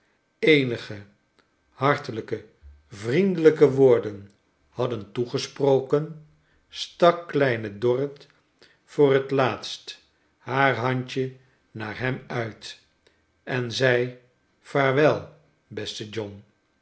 eenige hartelijke vriendelijke woorden hadden toegesproken stak kleine dorrit voor het laatst haar handje naar hem uit en zei vaarwel beste john